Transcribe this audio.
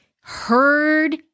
heard